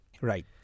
Right